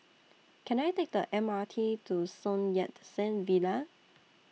Can I Take The M R T to Sun Yat Sen Villa